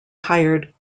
hired